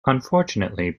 unfortunately